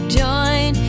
join